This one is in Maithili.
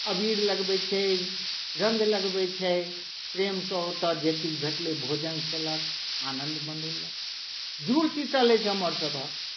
अबीर लगबै छै रङ्ग लगबै छै प्रेम सॅं ओतय जे किछु भेटलनि भोजन केलक आनन्द मनौलक जुड़ शीतल अछि हमरसभक